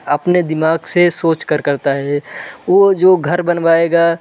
अपने दिमाग से सोच कर करता है वो जो घर बनवाएगा